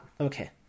okay